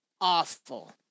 awful